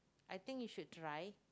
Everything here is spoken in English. I think you should try